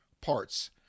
parts